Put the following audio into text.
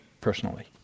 personally